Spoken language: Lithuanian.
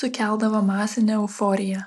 sukeldavo masinę euforiją